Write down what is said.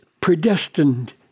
predestined